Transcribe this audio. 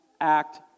act